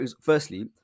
firstly